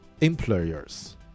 employers